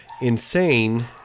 Insane